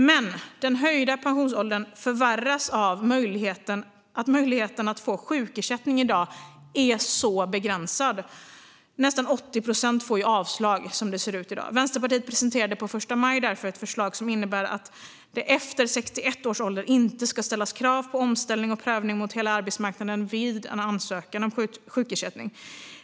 Men den höjda pensionsåldern förvärras av att möjligheten att få sjukersättning i dag är så begränsad. Nästan 80 procent får avslag i dag. Vänsterpartiet presenterade därför på första maj ett förslag som innebär att det efter 61 års ålder inte ska ställas krav på omställning och prövning mot hela arbetsmarknaden vid en ansökan om sjukersättning.